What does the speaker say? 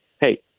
Hey